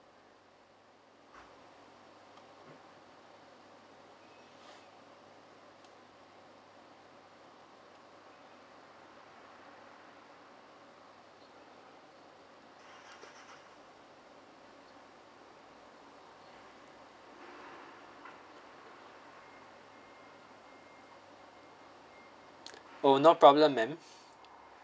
oh no problem ma'am